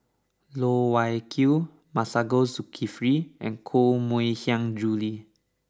Loh Wai Kiew Masagos Zulkifli and Koh Mui Hiang Julie